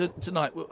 tonight